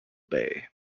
bay